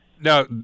Now